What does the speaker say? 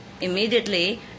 immediately